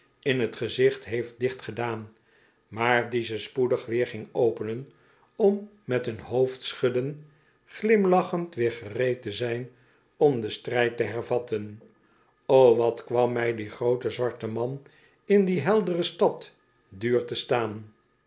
in t gezicht heeft dichtgedaan maar die ze spoedig weer ging openen om met een hoofdschudden glimlachend weer gereed te zijn om den strijd te hervatten o wat kwam mij die groote zwarte man in die heldere stad duur te staan